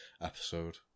episode